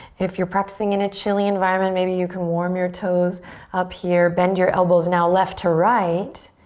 if you're practicing in a chilly environment, maybe you can warm your toes up here. bend your elbows now left to right.